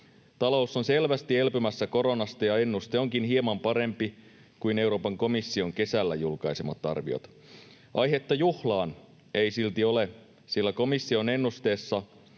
Talous on selvästi elpymässä koronasta, ja ennuste onkin hieman parempi kuin Euroopan komission kesällä julkaisemat arviot. Aihetta juhlaan ei silti ole, sillä komission ennusteessa